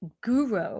guru